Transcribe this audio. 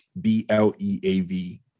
b-l-e-a-v